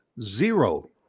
zero